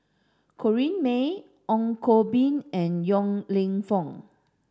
Corrinne May Ong Koh Bee and Yong Lew Foong